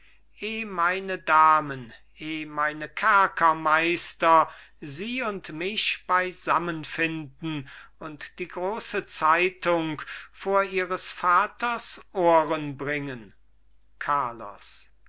meine damen eh meine kerkermeister sie und mich beisammen finden und die große zeitung vor ihres vaters ohren bringen carlos